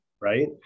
right